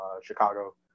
Chicago